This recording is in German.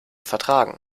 vertragen